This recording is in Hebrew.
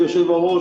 היושב-ראש,